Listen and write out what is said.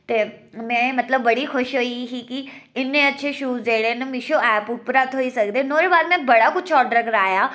ते में मतलब बडी खुश होई ही कि इन्ने अच्छे शूज जेह्डे न मिशू ऐप उप्परा थ्होई सकदे न ओह्दे बाद में बडा कुछ आर्डर कराया